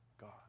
God